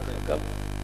דרך אגב,